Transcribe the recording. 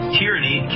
tyranny